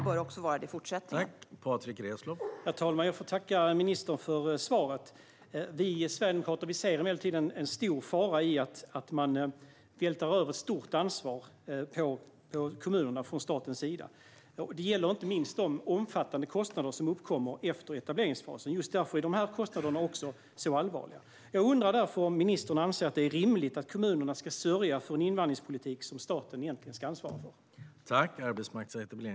Herr talman! Jag får tacka ministern för svaret. Vi sverigedemokrater ser emellertid en stor fara i att man vältrar över ett stort ansvar på kommunerna från statens sida. Det gäller inte minst de omfattande kostnader som uppkommer efter etableringsfasen. Just därför är dessa kostnader så allvarliga. Jag undrar om ministern anser att det är rimligt att kommunerna ska sörja för en invandringspolitik som staten egentligen ska ansvara för.